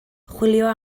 chwilio